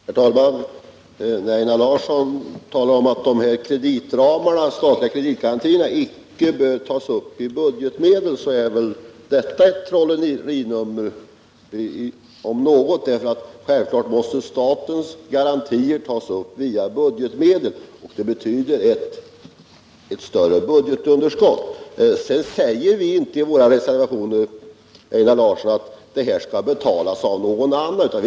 Herr talman! När Einar Larsson talar om att de statliga kreditgarantierna icke bör tas upp i budgetmedlen är väl detta om något ett trollerinummer, för självfallet måste statens garantier tas upp via budgetmedel, och det betyder ett större budgetunderskott. Sedan säger vi inte i våra reservationer, Einar Larsson, att det här skall betalas av någon annan.